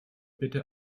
bitte